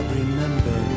remember